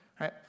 right